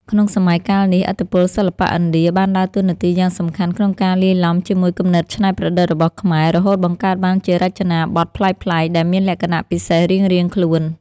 ក្នុងសម័យកាលនេះ ឥទ្ធិពលសិល្បៈឥណ្ឌាបានដើរតួនាទីយ៉ាងសំខាន់ក្នុងការលាយឡំជាមួយគំនិតច្នៃប្រឌិតរបស់ខ្មែរ រហូតបង្កើតបានជារចនាបថប្លែកៗ ដែលមានលក្ខណៈពិសេសរៀងខ្លួន។